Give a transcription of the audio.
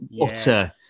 utter